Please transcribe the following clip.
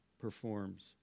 performs